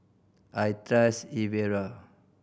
I trust Ezerra